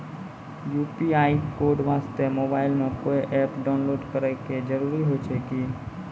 UPI code वास्ते mobile मे कोय एप्प डाउनलोड करे के जरूरी होय छै की?